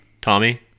Tommy